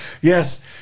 yes